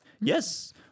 Yes